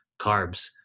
Carbs